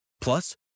Plus